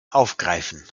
aufgreifen